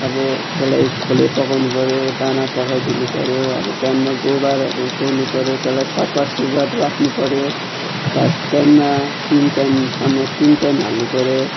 अब त्यसलाई खोले पकाउनु पऱ्यो दाना पकाइदिनु पऱ्यो आबो टाइममा गोबारहरू सोहर्नु पऱ्यो त्यसलाई सफा सुग्घर राख्नु पऱ्यो घाँस टाइममा तिन टाइमसम्म तिन टाइम हाल्नु पऱ्यो